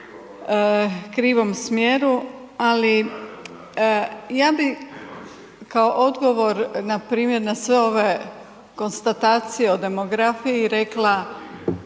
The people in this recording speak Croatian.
krivom smjeru ali ja bi kao odgovor npr. na sve ove konstatacije o demografiji rekla